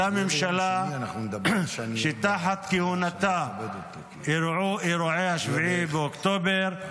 אותה ממשלה שתחת כהונתה אירעו אירועי 7 באוקטובר,